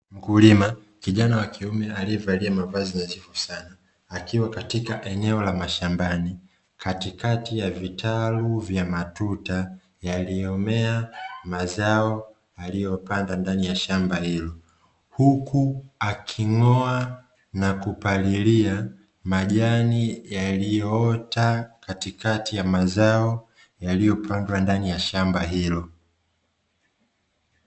Mkulima kijana wa kiume aliyevalia mavazi nadhifu sana, akiwa katika eneo la mashambani, katikati ya vitalu vya matuta yaliyomea mazao aliyopanda ndani ya shamba hilo, huku aking'oa na kupalilia majani yaliyoota katikati ya mazao yaliyopandwa ndani ya shamba hilo.